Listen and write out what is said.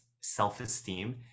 self-esteem